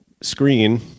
screen